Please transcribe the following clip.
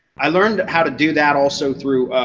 i learned how to do that also through